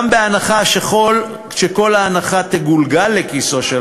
גם בהנחה שכל ההנחה תגולגל לכיסו של